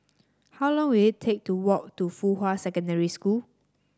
how long will it take to walk to Fuhua Secondary School